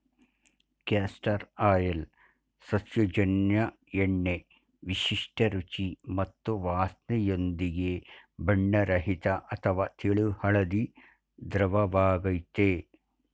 castor oil ಸಸ್ಯಜನ್ಯ ಎಣ್ಣೆ ವಿಶಿಷ್ಟ ರುಚಿ ಮತ್ತು ವಾಸ್ನೆಯೊಂದಿಗೆ ಬಣ್ಣರಹಿತ ಅಥವಾ ತೆಳು ಹಳದಿ ದ್ರವವಾಗಯ್ತೆ